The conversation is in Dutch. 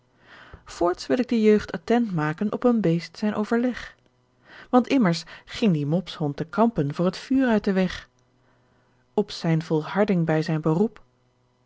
voorts wil ik de jeugd attent maken op een beest zijn overleg want immers ging die mopshond te kampen voor t vuur uit den weg op zijn volharding by zijn beroep